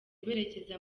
berekeza